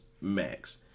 max